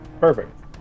Perfect